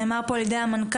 נאמר פה על ידי המנכ"ל,